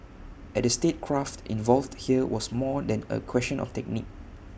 and the statecraft involved here was more than A question of technique